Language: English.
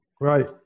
Right